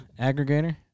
Aggregator